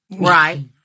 Right